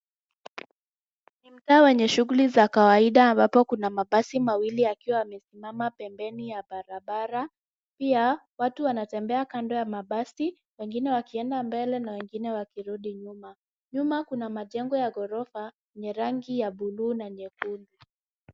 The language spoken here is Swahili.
Mtaa wenye shuguli za kawaidi ambapo kuna mabasi mawili yakiwa yamesimama pembeni ya barabara pia watu wanatembea kando ya mabasi wengine wakienda mbele na wengine wakirudi nyuma. Nyuma kuna majengo ya ghorofa ya rangi ya buluu na nyekundu.